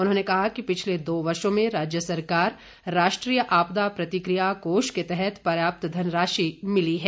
उन्होंने कहा कि पिछले दो वर्षो में राज्य सरकार को राष्ट्रीय आपदा प्रतिक्रिया कोष के तहत पर्याप्त धनराशि मिली है